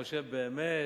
חושב: באמת,